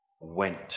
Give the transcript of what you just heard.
went